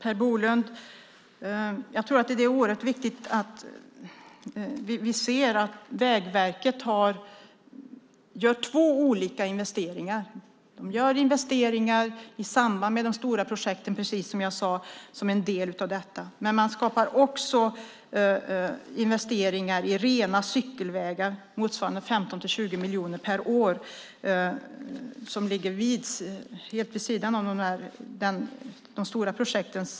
Fru talman! Det är viktigt, Per Bolund, att se att Vägverket gör två olika investeringar. Man gör investeringar i samband med de stora projekten, precis som jag sade. Men man gör också investeringar i rena cykelvägar motsvarande 15-20 miljoner per år som ligger helt vid sidan av de stora projekten.